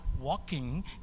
walking